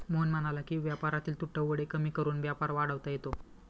मोहन म्हणाला की व्यापारातील तुटवडे कमी करून व्यापार वाढवता येतो